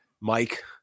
Mike